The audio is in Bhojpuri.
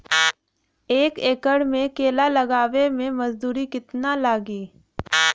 एक एकड़ में केला लगावे में मजदूरी कितना लागी?